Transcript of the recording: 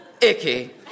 icky